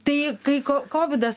tai kai kovidas